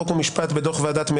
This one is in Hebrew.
חוק ומשפט של הכנסת.